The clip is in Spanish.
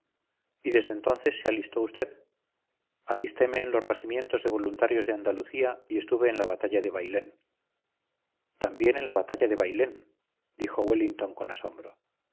y desde entonces se alistó usted alisteme en los regimientos de voluntarios de andalucía y estuve en la batalla de bailén también en la batalla de bailén dijo wellington con asombro